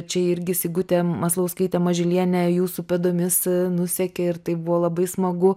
čia irgi sigutė maslauskaitė mažylienė jūsų pėdomis nusekė ir tai buvo labai smagu